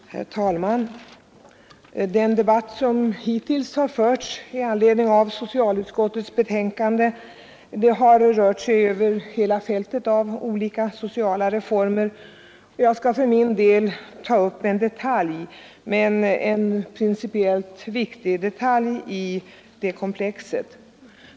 Herr talman! Den debatt som hittills förts i anledning av socialutskottets betänkande har rört sig över hela fältet av olika sociala reformer. Jag skall för min del ta upp en detalj — men en principiellt viktig sådan — i det komplexet.